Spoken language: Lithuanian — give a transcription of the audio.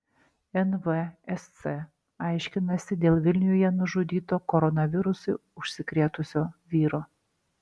nvsc aiškinasi dėl vilniuje nužudyto koronavirusu užsikrėtusio vyro